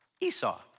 Esau